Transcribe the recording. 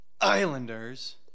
Islanders